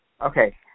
Okay